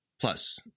Plus